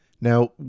Now